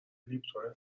لیپتون